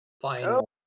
final